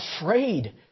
afraid